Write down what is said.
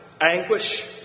anguish